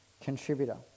Contributor